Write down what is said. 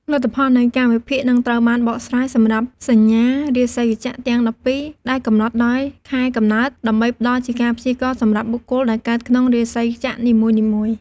លទ្ធផលនៃការវិភាគនឹងត្រូវបានបកស្រាយសម្រាប់សញ្ញារាសីចក្រទាំង១២ ដែលកំណត់ដោយខែកំណើត ដើម្បីផ្តល់ជាការព្យាករណ៍សម្រាប់បុគ្គលដែលកើតក្នុងរាសីចក្រនីមួយៗ។